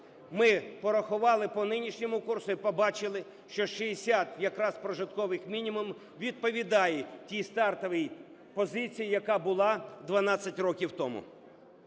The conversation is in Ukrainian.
Ми порахували по нинішньому курсу і побачили, що 60, якраз, прожиткових мінімумів відповідає тій стартовій позиції, яка була 12 років тому.